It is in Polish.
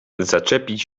zaczepić